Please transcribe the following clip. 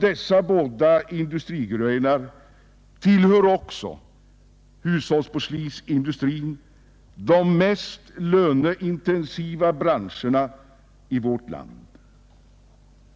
Hushållsporslinsindustrin tillhör, liksom dessa båda industrigrenar, de mest löneintensiva branscherna i vårt land.